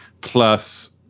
plus